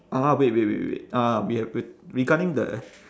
ah wait wait wait wait uh we have regarding the